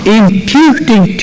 imputing